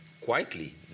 quietly